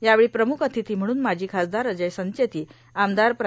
यावेळी प्रमुख र्आतथी म्हणून माजी खासदार अजय संचेती आमदार प्रा